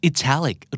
Italic